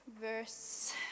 verse